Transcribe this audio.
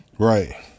Right